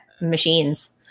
machines